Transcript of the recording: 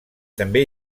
també